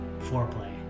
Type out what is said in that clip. foreplay